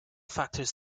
factors